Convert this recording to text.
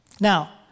Now